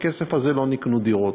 בכסף הזה לא נקנו דירות,